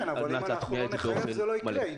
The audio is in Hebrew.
כן אבל אם אנחנו לא נחייב זה לא יקרה.